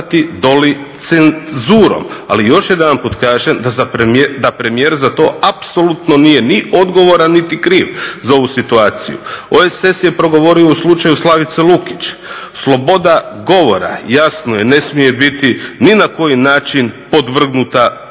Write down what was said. Ali još jedanput kažem da premijer za to apsolutno nije ni odgovoran, niti kriv za ovu situaciju. OESS je progovorio u slučaju Slavice Lukić. Sloboda govora jasno je ne smije biti ni na koji način podvrgnuta